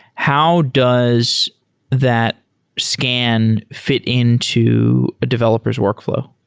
how does that scan fi t into a developer s workfl ow?